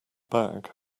bag